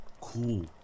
cool